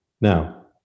Now